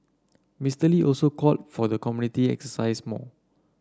Mister Lee also called for the community exercise more